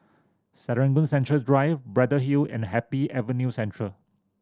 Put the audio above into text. Serangoon Central Drive Braddell Hill and Happy Avenue Central